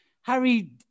Harry